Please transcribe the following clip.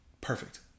perfect